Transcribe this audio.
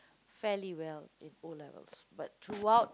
fairly well in O-levels but throughout